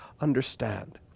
understand